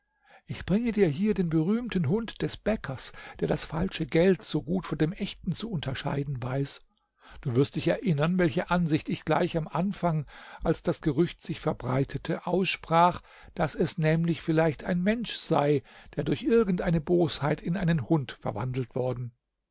ich bringe dir hier den berühmten hund des bäckers der das falsche geld so gut von dem echten zu unterscheiden weiß du wirst dich erinneren welche ansicht ich gleich im anfang als das gerücht sich verbreitete aussprach daß es nämlich vielleicht ein mensch sei der durch irgend eine bosheit in einen hund verwandelt worden